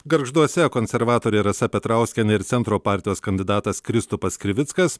gargžduose konservatorė rasa petrauskienė ir centro partijos kandidatas kristupas krivickas